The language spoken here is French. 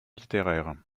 littéraire